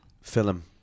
film